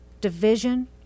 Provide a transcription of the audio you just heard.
division